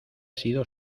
sido